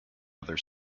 other